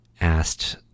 asked